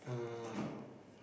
uh